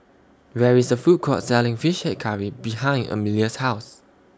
There IS A Food Court Selling Fish Head Curry behind Amelia's House